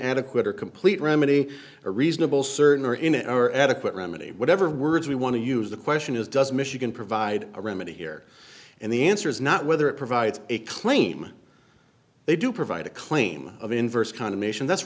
adequate or complete remedy a reasonable certain are in error adequate remedy whatever words we want to use the question is does michigan provide a remedy here and the answer is not whether it provides a claim they do provide a claim of inverse condemnation that's